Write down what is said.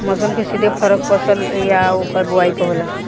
मौसम के सीधे फरक फसल आ ओकर बोवाई पर होला